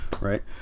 Right